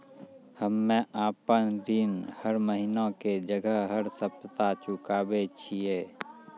हम्मे आपन ऋण हर महीना के जगह हर सप्ताह चुकाबै छिये